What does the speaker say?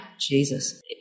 Jesus